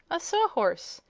a sawhorse.